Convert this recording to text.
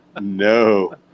No